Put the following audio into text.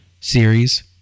series